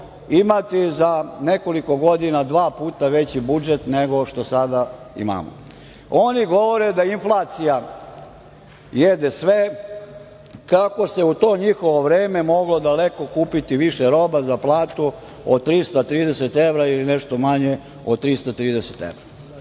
imati za nekoliko godina dva puta veći budžet nego što sada imamo. Oni govore da inflacija jede sve, kako se u to njihovo vreme moglo daleko kupiti više roba za platu od 330 evra ili nešto manje od 330 evra.